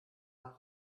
haare